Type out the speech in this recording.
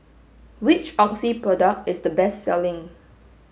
which Oxy product is the best selling